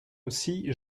aussi